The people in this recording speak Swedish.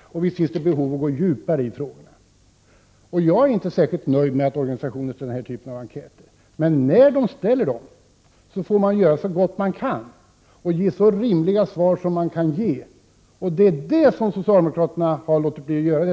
och visst finns det behov att gå djupare in i frågorna. Jag är inte särskilt nöjd med denna typ av enkäter som organisationer utsänder. Men när de nu ställer dessa frågor får man göra så gott man kan och ge så rimliga svar som man kan ge. Detta har socialdemokraterna låtit bli att göra.